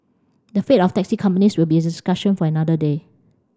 the fate of taxi companies will be a discussion for another day